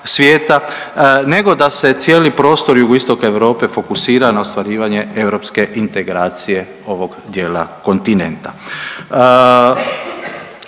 nego da se cijeli prostor jugoistoka Europe fokusira na ostvarivanje europske integracije ovog dijela kontinenta.